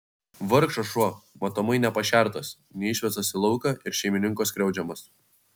vargšas šuo matomai nepašertas neišvestas į lauką ir šeimininko skriaudžiamas